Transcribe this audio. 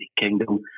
Kingdom